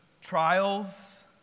trials